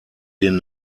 den